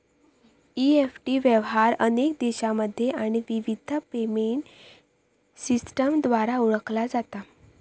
EFT व्यवहार अनेक देशांमध्ये आणि विविध पेमेंट सिस्टमद्वारा ओळखला जाता